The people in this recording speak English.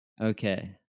Okay